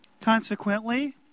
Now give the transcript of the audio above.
Consequently